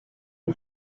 est